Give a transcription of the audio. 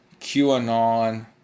QAnon